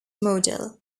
model